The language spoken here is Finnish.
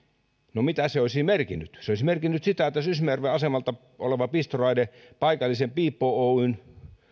no mitä se olisi merkinnyt se olisi merkinnyt tätä sysmäjärven asemalla olevalta pistoraiteelta paikallisen piippo oyjn